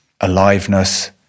Aliveness